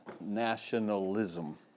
Nationalism